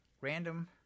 random